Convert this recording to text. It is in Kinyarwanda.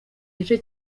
gice